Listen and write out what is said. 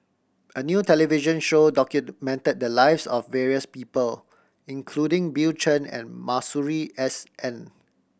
a new television show documented the lives of various people including Bill Chen and Masuri S N